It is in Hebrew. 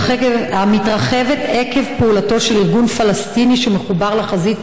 המתרחבת עקב פעולתו של ארגון פלסטיני שמחובר לחזית